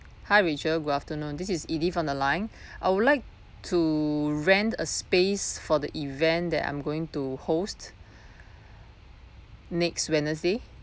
hi rachel good afternoon this is edith on the line I would like to rent a space for the event that I'm going to host next wednesday